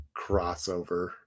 crossover